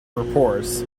reports